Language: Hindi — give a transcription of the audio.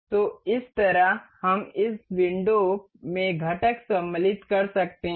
तो इस तरह हम इस विंडो में घटक सम्मिलित कर सकते हैं